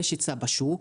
יש היצע בשוק,